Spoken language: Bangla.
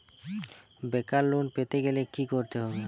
বেকার লোন পেতে গেলে কি করতে হবে?